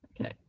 Okay